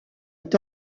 est